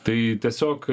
tai tiesiog